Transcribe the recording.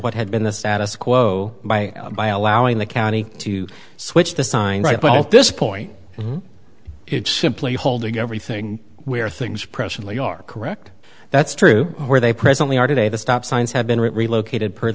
what had been the status quo by by allowing the county to switch the sign right but at this point it's simply holding everything where things presently are correct that's true where they presently are today the stop signs have been relocated per